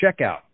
checkout